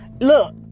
Look